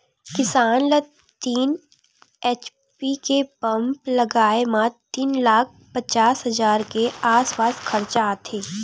किसान ल तीन एच.पी के पंप लगाए म तीन लाख पचास हजार के आसपास खरचा आथे